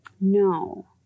No